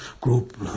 group